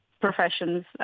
professions